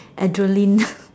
adreline